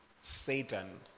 Satan